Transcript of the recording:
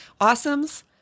Awesomes